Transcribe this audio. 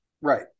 Right